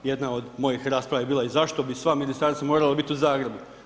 Jedna od mojih rasprava je bila i zašto bi sva Ministarstva morala biti u Zagrebu?